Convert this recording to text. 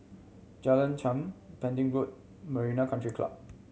Jalan Chengam Pending Road Marina Country Club